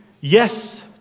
Yes